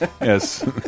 Yes